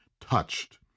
touched